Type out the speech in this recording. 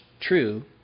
True